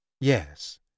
yes